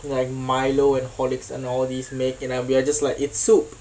like milo and horlicks and all these making up we're just like it's soup